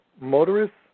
motorists